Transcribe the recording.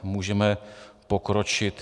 Můžeme pokročit.